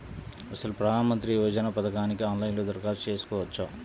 అసలు ప్రధాన మంత్రి యోజన పథకానికి ఆన్లైన్లో దరఖాస్తు చేసుకోవచ్చా?